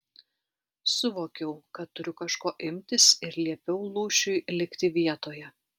suvokiau kad turiu kažko imtis ir liepiau lūšiui likti vietoje